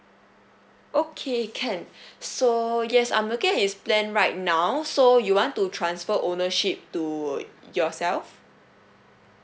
okay can so yes I'm looking at his plan right now so you want to transfer ownership to yourself